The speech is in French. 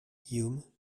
guillaume